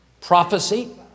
Prophecy